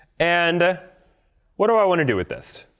and what do i want to do with this?